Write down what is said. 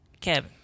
Kevin